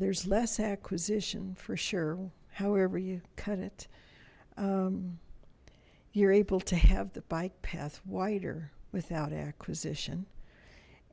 there's less acquisition for sure however you cut it you're able to have the bike path wider without acquisition